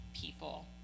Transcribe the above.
people